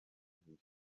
abiri